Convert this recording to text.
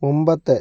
മുൻപത്തെ